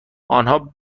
آنها